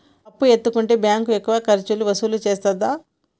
అప్పు ఎత్తుకుంటే బ్యాంకు ఎక్కువ ఖర్చులు వసూలు చేత్తదా?